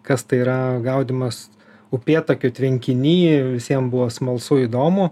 kas tai yra gaudymas upėtakių tvenkiny visiem buvo smalsu įdomu